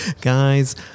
guys